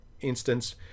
instance